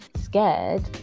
scared